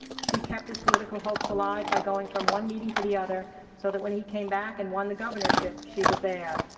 she kept his political hopes alive by going from one meeting to the other so that, when he came back and won the governorship, she was there.